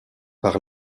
par